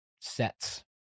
sets